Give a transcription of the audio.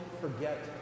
forget